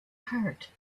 heart